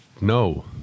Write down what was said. No